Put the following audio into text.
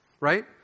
right